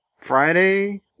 Friday